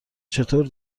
چطور